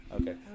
Okay